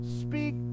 speak